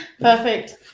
Perfect